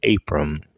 Abram